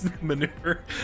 maneuver